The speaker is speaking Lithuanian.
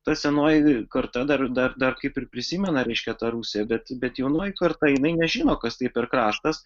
ta senoji karta dar dar dar kaip ir prisimena reiškia tą rusiją bet bet jaunoji karta jinai nežino kas tai per kraštas